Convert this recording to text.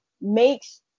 makes